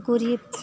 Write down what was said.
गरिब